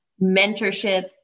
mentorship